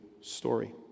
story